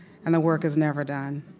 and the work is never done.